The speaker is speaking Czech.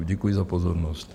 Děkuju za pozornost.